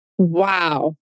Wow